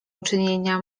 uczynienia